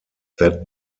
that